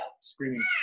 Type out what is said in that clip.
screaming